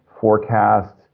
forecast